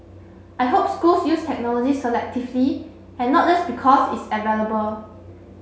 I hope schools use technology selectively and not just because it's available